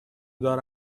دار